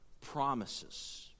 promises